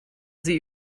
sie